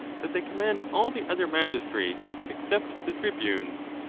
that they command all the other magistrates, except the tribunes,